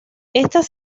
estas